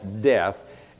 death